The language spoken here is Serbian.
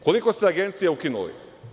Koliko ste agencija ukinuli?